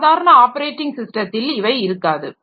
சாதாரண ஆப்பரேட்டிங் ஸிஸ்டத்தில் இவை இருக்காது